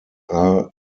are